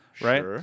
right